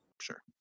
Sure